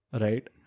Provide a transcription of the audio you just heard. Right